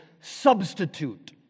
substitute